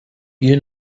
you